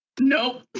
nope